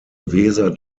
weser